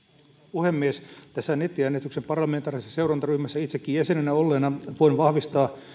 puhemies tässä nettiäänestyksen parlamentaarisessa seurantaryhmässä itsekin jäsenenä olleena voin vahvistaa